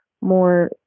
more